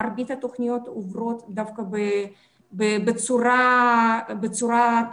מרבית התוכניות עוברות דווקא בצורה טובה.